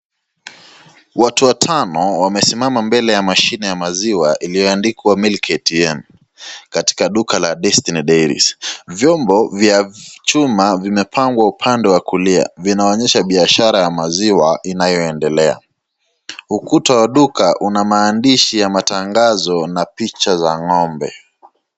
Watu watano wamesimama mbele ya mashine ya maziwa iliyoandikwa Milk ATM katika duka la Destiny Dairies. Vyombo vya chuma vimepangwa upande wa kulia vinaonyesha biashara ya maziwa inayoendelea ukuta wa duka una maandishi ya matangazo na picha za ng'ombe.